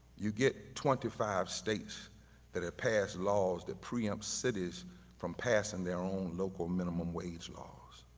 you get twenty five states that have passed laws that preempts cities from passing their own local minimum wage laws.